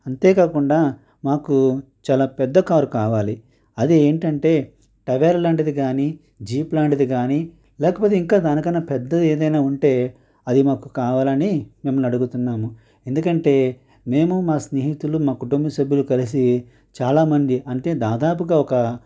అంతేకాకుండా మాకు చాలా పెద్ద కారు కావాలి అది ఏంటంటే టవేరా లాంటిది కానీ జీప్ లాంటిది కానీ లేకపోతే ఇంకా దానికన్నా పెద్దది ఏదైనా ఉంటే అది మాకు కావాలని మిమ్మల్ని అడుగుతున్నాము ఎందుకంటే మేము మా స్నేహితులు మా కుటుంబ సభ్యులు కలిసి చాలామంది అంటే దాదాపుగా ఒక